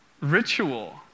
ritual